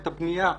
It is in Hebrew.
את הבנייה החדשה,